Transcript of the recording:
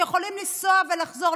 שיכולים לנסוע ולחזור,